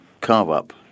carve-up